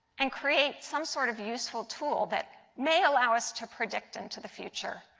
and create some sort of useful tool that may allow us to predict into the future?